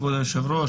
כבוד היושב-ראש,